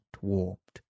warped